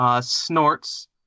snorts